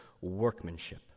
workmanship